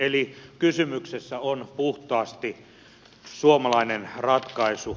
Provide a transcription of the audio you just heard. eli kysymyksessä on puhtaasti suomalainen ratkaisu